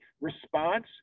response